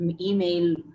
email